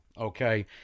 okay